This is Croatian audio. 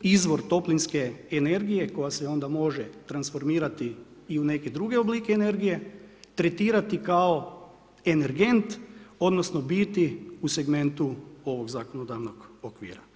izvor toplinske energije koja se onda može transformirati i u neke druge oblike energije, tretirati kao energent odnosno, biti u segmentu ovog zakonodavnog okvira.